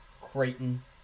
Creighton